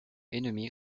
ennemi